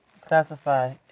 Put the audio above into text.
classify